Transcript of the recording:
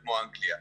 אנגליה.